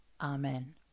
Amen